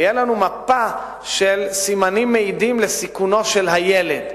ותהיה לנו מפה של סימנים המעידים על סיכונו של הילד.